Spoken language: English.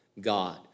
God